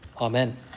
amen